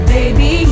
Baby